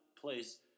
place